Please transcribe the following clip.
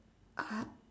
uh